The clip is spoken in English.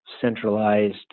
centralized